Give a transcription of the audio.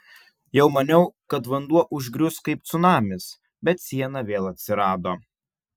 jau maniau kad vanduo užgrius kaip cunamis bet siena vėl atsirado